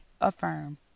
affirm